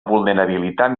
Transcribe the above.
vulnerabilitat